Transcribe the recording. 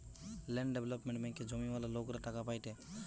land development ব্যাঙ্কে জমিওয়ালা লোকরা টাকা পায়েটে